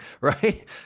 right